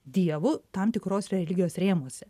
dievu tam tikros religijos rėmuose